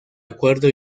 acuerdo